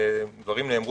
דברים נאמרו,